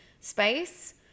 space